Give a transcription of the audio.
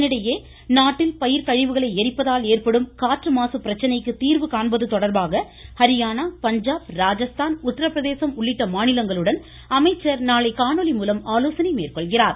இதனிடையே நாட்டில் பயிர்க்கழிவுகளை ளிப்பதால் ஏற்படும் காற்று மாசு பிரச்சினைக்கு தீர்வு காண்பது தொடர்பாக ஹரியானா பஞ்சாப் ராஜஸ்தான் உத்தரப்பிரதேசம் உள்ளிட்ட மாநிலங்களுடன் அமைச்சர் நாளை காணொலி மூலம் ஆலோசனை மேற்கொள்கிறார்